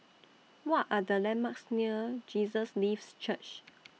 What Are The landmarks near Jesus Lives Church